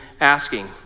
asking